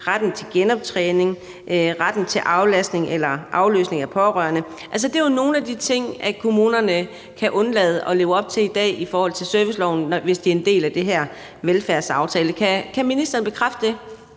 retten til genoptræning og retten til aflastning eller afløsning af pårørende er jo nogle af de ting, som kommunerne kan undlade at leve op til i dag i forhold til serviceloven, hvis de er en del af den her velfærdsaftale. Kan ministeren bekræfte det?